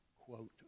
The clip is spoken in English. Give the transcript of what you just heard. quote